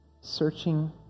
searching